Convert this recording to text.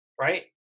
right